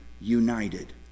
united